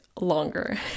longer